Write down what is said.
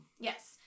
Yes